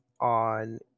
on